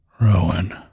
Rowan